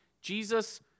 Jesus